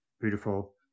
Beautiful